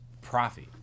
profit